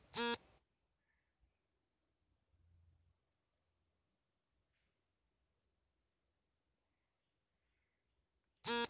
corporate ಬಾಂಡ್ಗಳು ವಾಣಿಜ್ಯ ಅಥವಾ ಕೈಗಾರಿಕಾ ಘಟಕಗಳ ಸಾಲವನ್ನ ಪ್ರತಿನಿಧಿಸುತ್ತೆ